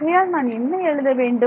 ஆகையால் நான் என்ன எழுத வேண்டும்